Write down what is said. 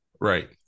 Right